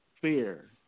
fear